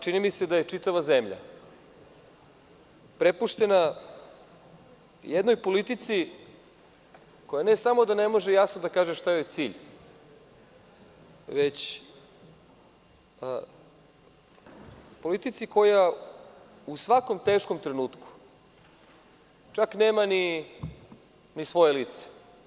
Čini mi se da je čitava zemlja prepuštena jednoj politici koja ne samo da ne može jasno da kaže šta joj je cilj, već politici koja u svakom teškom trenutku, čak nema ni svoje lice.